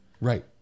right